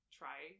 try